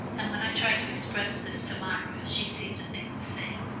and when i tried to express this to myra she seemed to think the same.